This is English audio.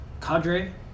cadre